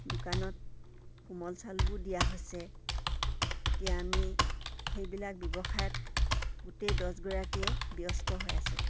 দোকানত কোমল চাউলবোৰ দিয়া হৈছে এতিয়া আমি সেইবিলাক ব্যৱসায়ত গোটেই দছগৰাকীয়ে ব্যস্ত হৈ আছোঁ